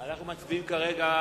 אנחנו מצביעים כרגע